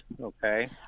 okay